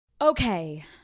okay